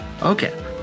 Okay